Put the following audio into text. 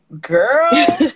Girl